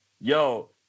yo